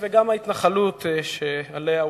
וגם ההתנחלות שעליה הוקמו,